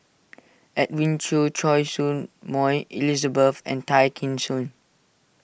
Edwin Siew Choy Su Moi Elizabeth and Tay Kheng Soon